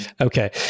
Okay